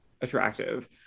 attractive